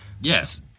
Yes